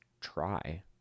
try